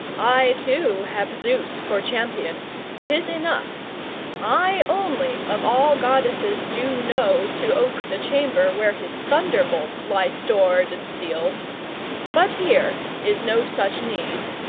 i too have zeus for champion tis enough i only of all goddesses do know. to ope the chamber where his thunderbolts lie stored and sealed but here is no such need.